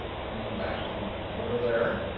coming back from over there.